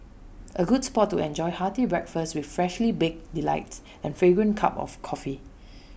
A good spot to enjoy hearty breakfast with freshly baked delights and fragrant cup of coffee